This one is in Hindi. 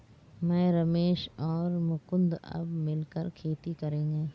मैं, रमेश और मुकुंद अब मिलकर खेती करेंगे